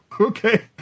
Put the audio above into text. okay